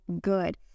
good